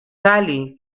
cali